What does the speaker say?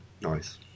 nice